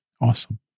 Awesome